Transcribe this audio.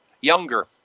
younger